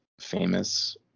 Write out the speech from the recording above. famous